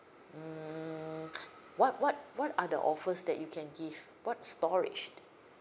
mm what what what are the offers that you can give what's storage